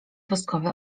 woskowy